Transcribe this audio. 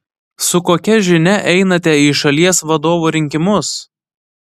su kokia žinia einate į šalies vadovo rinkimus